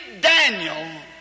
Daniel